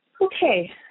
Okay